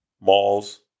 Malls